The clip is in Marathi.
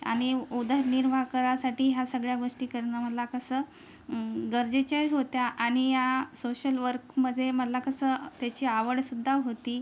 आणि उदरनिर्वाह करायसाठी ह्या सगळ्या गोष्टी करणं मला कसं गरजेच्याही होत्या आणि या सोशल वर्कमध्ये मला कसं त्याची आवडसुद्धा होती